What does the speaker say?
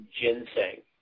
ginseng